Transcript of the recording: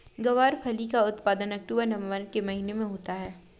ग्वारफली का उत्पादन अक्टूबर नवंबर के महीने में होता है